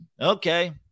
okay